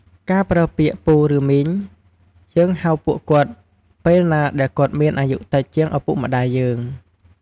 ការប្រើពាក្យ "ពូ ឬមីង" យើងហៅពួកគាត់ពេលណាដែលគាត់មានអាយុតិចជាងឪពុកម្តាយយើង។